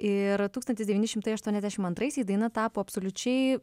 ir tūkstantis devyni šimtai aštuoniasdešim antraisiais daina tapo absoliučiai